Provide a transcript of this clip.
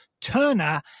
Turner